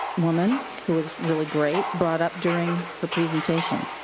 woman, who was really great, brought up during her presentation.